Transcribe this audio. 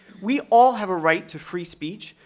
we all have a right to free speech,